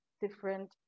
different